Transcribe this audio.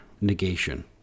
negation